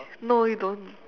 no you don't